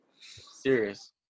Serious